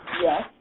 Yes